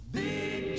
big